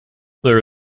there